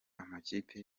amakipe